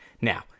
now